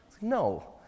No